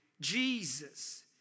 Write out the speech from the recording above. Jesus